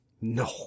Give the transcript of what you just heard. No